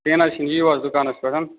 کیٚنہہ نہ حظ چھُنہٕ یِیِو حظ دُکانَس پٮ۪ٹھ